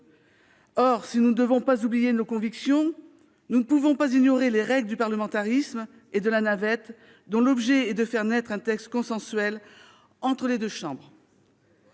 Or, si nous ne devons pas oublier nos convictions, nous ne pouvons ignorer les règles du parlementarisme et de la navette, dont l'objet est de faire naître un texte consensuel entre les deux chambres.